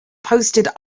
posted